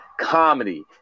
comedy